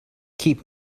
keep